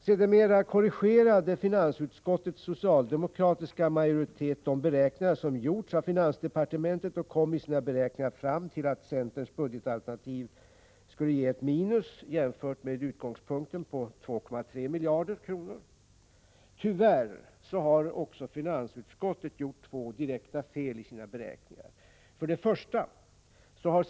Sedermera korrigerade finansutskottets socialdemokratiska majoritet de beräkningar som gjorts av finansdepartementet och kom i sina beräkningar fram till att centerns budgetalternativ skulle ge ett minus jämfört med utgångspunkten på 2,3 miljarder kronor. Tyvärr har även finansutskottet gjort två direkta fel i sina beräkningar. 1.